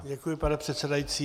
Děkuji, pane předsedající.